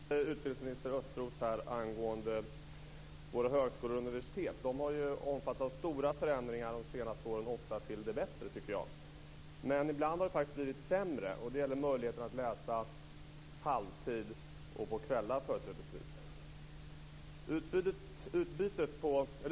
Fru talman! Jag har en fråga till utbildningsminister Thomas Östros om våra högskolor och universitet. Dessa har omfattats av stora förändringar de senaste åren, ofta till det bättre. Men ibland har det faktiskt blivit sämre. Det gäller möjligheter att läsa på halvtid, företrädesvis på kvällar.